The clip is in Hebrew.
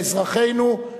לאזרחינו,